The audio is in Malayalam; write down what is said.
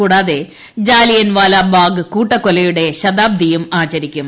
കൂടാതെ ജാലിയൻവാലാബാഗ് കൂട്ടകൊലയുടെ ശതാബ്ദിയും ആചരിക്കും